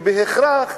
שבהכרח